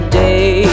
day